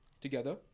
together